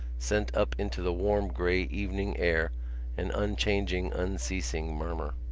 sent up into the warm grey evening air an unchanging unceasing murmur.